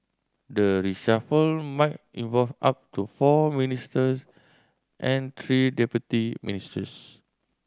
the reshuffle might involve up to four ministers and three deputy ministers